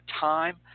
time